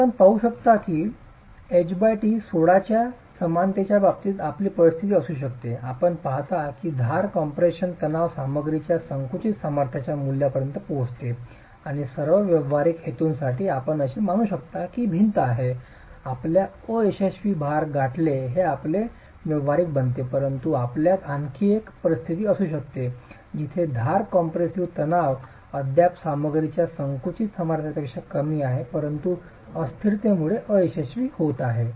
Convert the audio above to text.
आपण पाहू शकता की ht च्या 16 समानतेच्या बाबतीत आपली परिस्थिती असू शकते आपण पाहता की धार कंप्रेसेशन तणाव सामग्रीच्या संकुचित सामर्थ्याच्या मूल्यापर्यंत पोहोचते आणि सर्व व्यावहारिक हेतूंसाठी आपण असे मानू शकता की भिंत आहे आपल्या अयशस्वी भार गाठले जे आपले व्यावहारिक बनते परंतु आपल्यात आणखी एक परिस्थिती असू शकते जिथे धार कम्प्रेशिव्ह तणाव अद्याप सामग्रीच्या संकुचित सामर्थ्यापेक्षा कमी आहे परंतु अस्थिरतेमुळेच अयशस्वी होत आहे